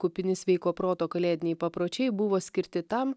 kupini sveiko proto kalėdiniai papročiai buvo skirti tam